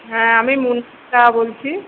হ্যাঁ আমি মুন সাহা বলছি